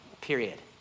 period